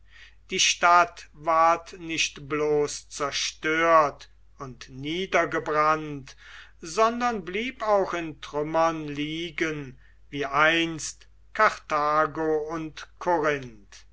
die stadt ward nicht bloß zerstört und niedergebrannt sondern blieb auch in trümmern liegen wie einst karthago und korinth